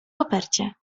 kopercie